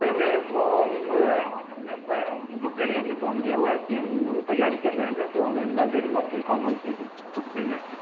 sir मैं वह मैं ब बुक के लिए हमने फोन किया हुआ है कि हम वह तैयारी कर रहे हैं ना तो हमें लाइब्रेरी में आपके कौन कौन सी बुक मिल जाएगी